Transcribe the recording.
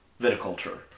viticulture